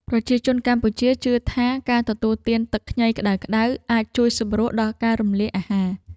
ប្រជាជនកម្ពុជាជឿថា ការទទួលទានទឹកខ្ញីក្តៅៗអាចជួយសម្រួលដល់ការរំលាយអាហារ។